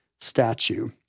statue